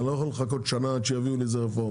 אני לא יכול לחכות שנה עד שיביאו לי איזו רפורמה.